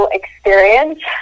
experience